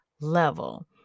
level